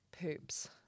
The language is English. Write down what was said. poops